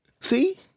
See